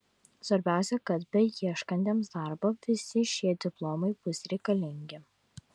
svarbiausia kad beieškantiems darbo visi šie diplomai bus reikalingi